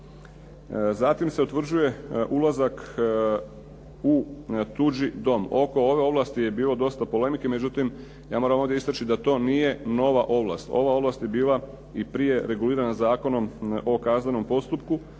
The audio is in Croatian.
Zatim se utvrđuje ulazak u tuđi dom. Oko ove ovlasti je bilo dosta polemike, međutim ja moram ovdje istaći da to nije nova ovlast. Ova ovlast je bila i prije regulirana Zakonom o kaznenom postupku